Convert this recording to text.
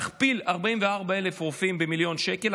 תכפיל 44,000 רופאים במיליון שקל,